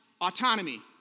Autonomy